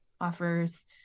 offers